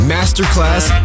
Masterclass